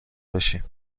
بشیم